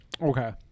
Okay